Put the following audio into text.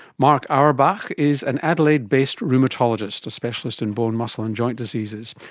mark awerbuch is an adelaide based rheumatologist, a specialist in bone, muscle and joint diseases.